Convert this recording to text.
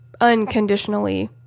unconditionally